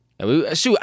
Shoot